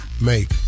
make